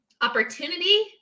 opportunity